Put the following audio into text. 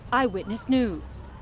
eyewitness news.